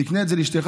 תקנה בזה לאשתך.